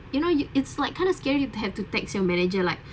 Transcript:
you know it it's like kind of scary you had to text your manager like